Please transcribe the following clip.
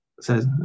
says